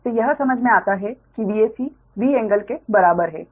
तो यह समझ में आता है कि Vac V एंगल के बराबर है